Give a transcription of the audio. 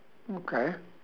okay